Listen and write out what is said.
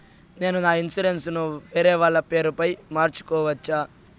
నేను నా ఇన్సూరెన్సు ను వేరేవాళ్ల పేరుపై మార్సుకోవచ్చా?